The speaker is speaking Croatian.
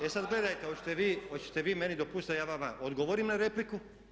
E sad gledajte, hoćete vi meni dopustiti da ja vama odgovorim na repliku?